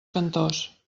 cantors